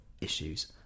issues